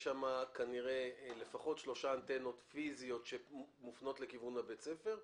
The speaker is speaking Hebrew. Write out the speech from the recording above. יש שם כנראה לפחות שלוש אנטנות פיזיות שמופנות לכיוון בית הספר.